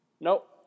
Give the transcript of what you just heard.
Nope